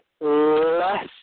less